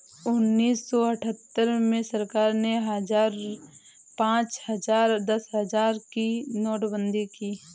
उन्नीस सौ अठहत्तर में सरकार ने हजार, पांच हजार, दस हजार की नोटबंदी की